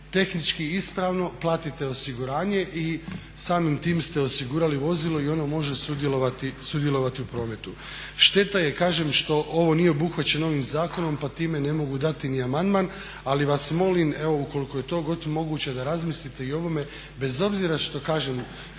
tehnički ispravno, platite osiguranje i samim tim ste osigurali vozilo i ono može sudjelovati u prometu. Šteta je kažem što ovo nije obuhvaćeno ovim zakonom pa time ne mogu dati ni amandman, ali vas molim ukoliko je to moguće da razmislite i o ovome, bez obzira što je